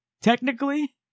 technically